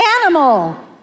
animal